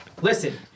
Listen